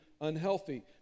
unhealthy